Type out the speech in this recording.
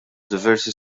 diversi